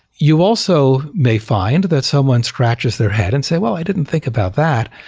you also may find that someone scratches their head and say, well, i didn't think about that.